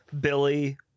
Billy